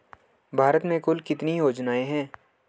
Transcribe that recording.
भारत में कुल कितनी योजनाएं हैं?